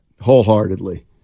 wholeheartedly